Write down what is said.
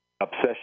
obsession